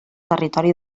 territori